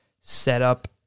setup